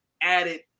added